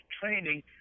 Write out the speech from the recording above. training